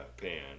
pan